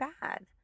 bad